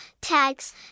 tags